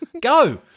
Go